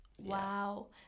Wow